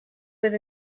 with